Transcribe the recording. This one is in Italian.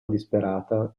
disperata